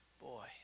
boy